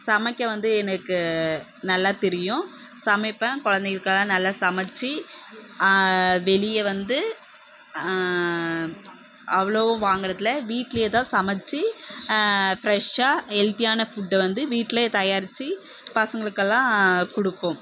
சமைக்க வந்து எனக்கு நல்லா தெரியும் சமைப்பேன் குழந்தைகளுக்காக நல்லா சமைச்சி வெளியே வந்து அவ்வளோவா வாங்கறதில்லை வீட்டிலையே தான் சமைச்சி ஃப்ரெஷ்ஷாக ஹெல்த்தியான ஃபுட்டை வந்து வீட்டிலையே தயாரித்து பசங்களுக்கெல்லாம் கொடுப்போம்